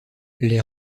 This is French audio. les